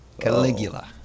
Caligula